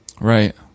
Right